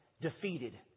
defeated